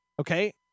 Okay